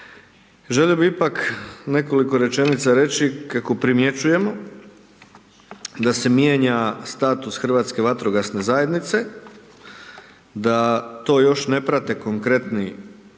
želio bih ipak nekoliko rečenica reći kako primjećujemo da se mijenja status Hrvatske vatrogasne zajednice (HVZ), da to još ne prate konkretne